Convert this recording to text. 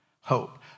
hope